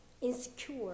insecure